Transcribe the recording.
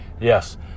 Yes